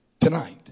tonight